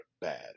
bad